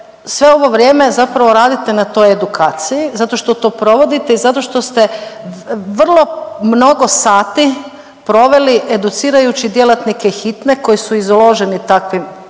sve ovo vrijeme zapravo radite na toj edukaciji, zato što to provodite i zato što ste vrlo mnogo sati proveli educirajući djelatnike hitne koji su izloženi takvim